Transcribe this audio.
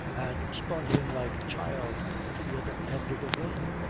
and spun him like a child to the other end of the room.